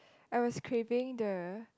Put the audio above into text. I was craving the